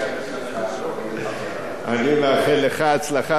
אני מאחל לך הצלחה ונסתפק בזה.